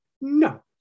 no